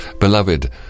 Beloved